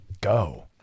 go